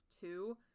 two